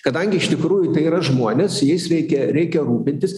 kadangi iš tikrųjų tai yra žmonės jais reikia reikia rūpintis